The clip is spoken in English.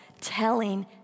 telling